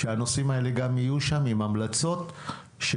שהנושאים האלה גם יהיו שם עם המלצות של